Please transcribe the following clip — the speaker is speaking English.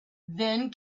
then